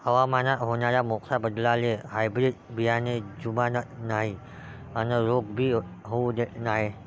हवामानात होनाऱ्या मोठ्या बदलाले हायब्रीड बियाने जुमानत नाय अन रोग भी होऊ देत नाय